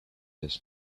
this